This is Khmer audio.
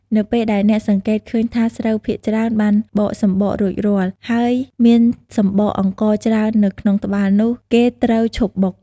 នៅពេលដែលអ្នកសង្កេតឃើញថាស្រូវភាគច្រើនបានបកសម្បករួចរាល់ ហើយមានសម្បកអង្ករច្រើននៅក្នុងត្បាល់នោះ គេត្រូវឈប់បុក។